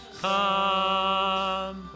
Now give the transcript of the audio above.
come